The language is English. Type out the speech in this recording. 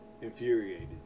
Infuriated